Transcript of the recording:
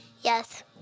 Yes